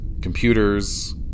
computers